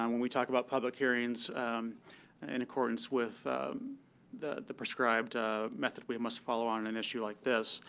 um when we talk about public hearings in accordance with the the prescribed method, we must follow on and an issue like this.